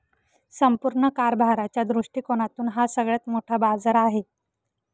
संपूर्ण कारभाराच्या दृष्टिकोनातून हा सगळ्यात मोठा बाजार आहे